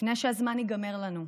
לפני שהזמן ייגמר לנו.